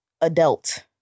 adult